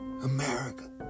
America